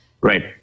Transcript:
Right